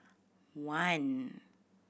one